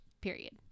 Period